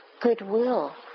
goodwill